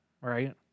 right